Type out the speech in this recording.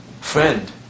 friend